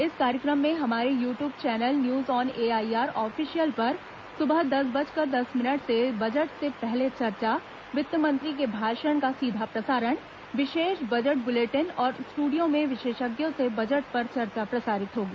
इस कार्यक्रम में हमारे YouTube channel news on AIR official पर सुबह दस बजकर दस मिनट से बजट से पहले चर्चा वित्त मंत्री के भाषण का सीधा प्रसारण विशेष बजट बुलेटिन और स्टूडियो में विशेषज्ञों से बजट पर चर्चा प्रसारित होगी